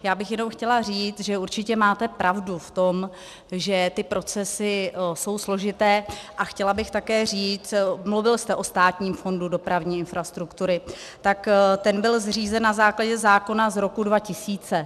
Já bych jenom chtěla říct, že určitě máte pravdu v tom, že ty procesy jsou složité, a chtěla bych také říct mluvil jste o Státním fondu dopravní infrastruktury, tak ten byl zřízen na základě zákona z roku 2000.